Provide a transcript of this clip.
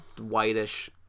whitish